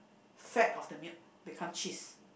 fat of the milk become cheese